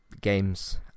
games